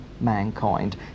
mankind